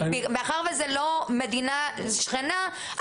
מאחר וזה לא מדינה שכנה,